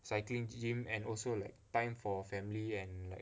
cycling gym and also like time for family and like